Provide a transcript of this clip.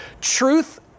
Truth